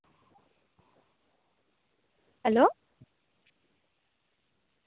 hello